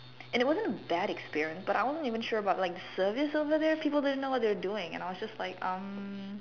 and it wasn't a bad experience but I wasn't even sure about like the service over there people didn't know what they're doing and I was just like um